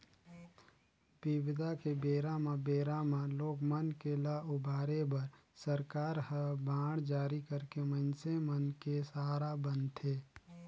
बिबदा के बेरा म बेरा म लोग मन के ल उबारे बर सरकार ह बांड जारी करके मइनसे मन के सहारा बनथे